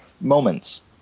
moments